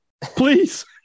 Please